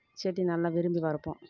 செடி நல்லா விரும்பி வளர்ப்போம்